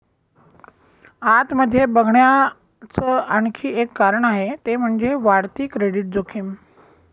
आत मध्ये बघण्याच आणखी एक कारण आहे ते म्हणजे, वाढती क्रेडिट जोखीम